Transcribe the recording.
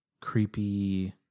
creepy